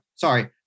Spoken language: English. Sorry